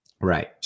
Right